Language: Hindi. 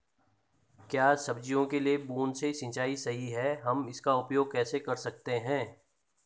क्या सब्जियों के लिए बूँद से सिंचाई सही है हम इसका उपयोग कैसे कर सकते हैं?